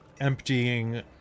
emptying